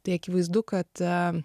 tai akivaizdu kad